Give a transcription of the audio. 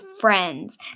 friends